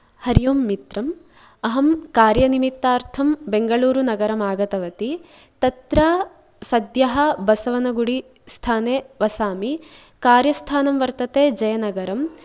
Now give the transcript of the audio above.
हरि ओम् मित्रम् अहं कार्यनिमित्तार्थं बेङ्गलूरुनगरम् आगतवती तत्र सद्यः बसवनगुडि स्थाने वसामि कार्यस्थानं वर्तते जयनगरम्